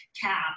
cap